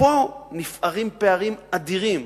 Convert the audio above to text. פה נפערים פערים אדירים.